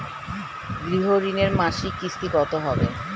গৃহ ঋণের মাসিক কিস্তি কত হবে?